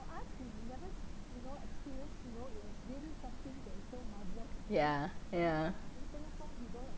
yeah yeah